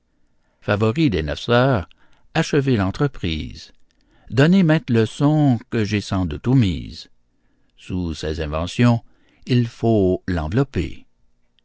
favoris des neuf sœurs achevez l'entreprise donnez mainte leçon que j'ai sans doute omise sous ces inventions il faut l'envelopper